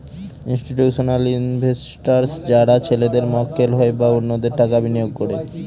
institutional investors যারা ছেলেদের মক্কেল হয় বা অন্যদের টাকা বিনিয়োগ করে